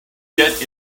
get